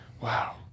Wow